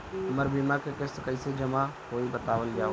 हमर बीमा के किस्त कइसे जमा होई बतावल जाओ?